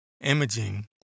Imaging